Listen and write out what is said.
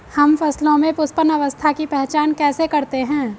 हम फसलों में पुष्पन अवस्था की पहचान कैसे करते हैं?